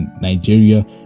Nigeria